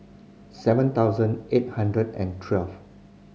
seven thousand eight hundred and twelve